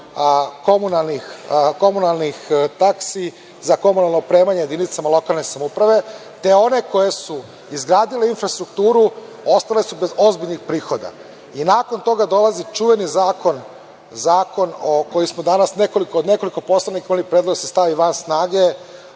komunalnih taksi za komunalno opremanje jedinica lokalne samouprave, te one koje su izgradile infrastrukturu ostale su bez ozbiljnih prihoda. Nakon toga dolazi čuveni zakon, gde smo danas čuli nekoliko puta da se stavi van snage,